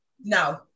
no